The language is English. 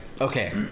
okay